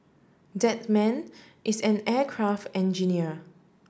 that man is an aircraft engineer